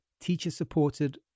teacher-supported